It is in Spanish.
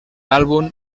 álbum